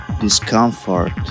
Discomfort